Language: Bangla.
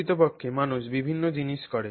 প্রকৃতপক্ষে মানুষ বিভিন্ন জিনিস করে